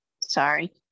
sorry